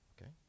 okay